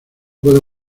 puedo